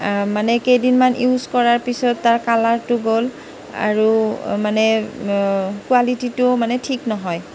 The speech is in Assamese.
মানে কেইদিনমান ইউজ কৰাৰ পিছত তাৰ কালাৰটো গ'ল আৰু মানে কোৱালিটীটো মানে ঠিক নহয়